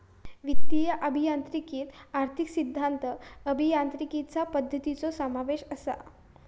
वित्तीय अभियांत्रिकीत आर्थिक सिद्धांत, अभियांत्रिकीचा पद्धतींचो समावेश असा